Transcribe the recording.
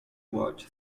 watch